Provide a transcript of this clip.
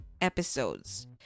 episodes